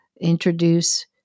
introduce